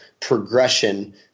progression